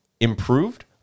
improved